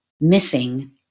Missing